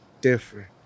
Different